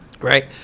Right